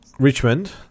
Richmond